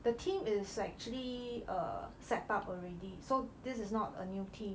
the team is actually err set up already so this is not a new team